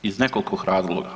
Iz nekoliko razloga.